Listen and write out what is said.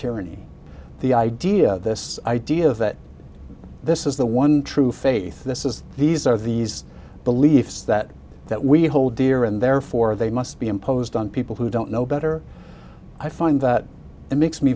tyranny the idea this idea that this is the one true faith this is these are these beliefs that that we hold dear and therefore they must be imposed on people who don't know better i find that it makes me